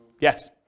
Yes